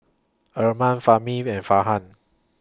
Iman Fahmi and Farhan